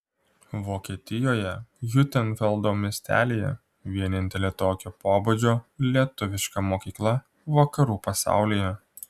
vokietijoje hiutenfeldo miestelyje vienintelė tokio pobūdžio lietuviška mokykla vakarų pasaulyje